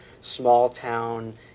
small-town